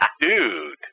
Dude